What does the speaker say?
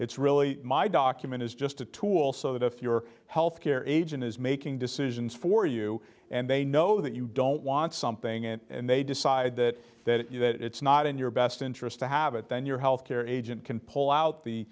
it's really my document is just a tool so that if your health care agent is making decisions for you and they know that you don't want something and they decide that that you that it's not in your best interest to have it then your healthcare agent can pull out the